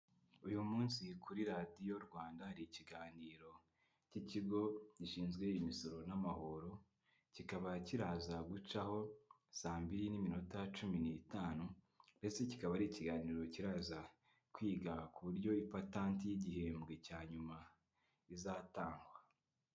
Uyu munsi kuri radiyo Rwanda hari ikiganiro cy'ikigo gishinzwe imisoro n'amahoro kikaba kiraza gucaho saa mbiri n'iminota cumi n'itanu ndetse kikaba ari ikiganiro kiraza kwiga ku buryo ipatanti y'igihembwe cya nyuma izatangwa.